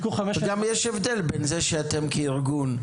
וגם יש הבדל בין זה שאתם, כארגון,